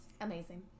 Amazing